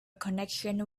connection